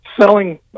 selling